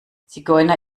zigeuner